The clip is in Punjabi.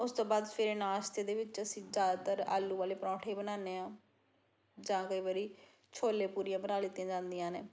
ਉਸ ਤੋਂ ਬਾਅਦ ਫਿਰ ਨਾਸ਼ਤੇ ਦੇ ਵਿੱਚ ਅਸੀਂ ਜ਼ਿਆਦਾਤਰ ਆਲੂ ਵਾਲੇ ਪਰੌਂਠੇ ਬਣਾਉਦੇ ਹਾਂ ਜਾਂ ਕਈ ਵਾਰੀ ਛੋਲੇ ਪੂਰੀਆਂ ਬਣਾ ਲਿੱਤੀਆਂ ਜਾਂਦੀਆਂ ਨੇ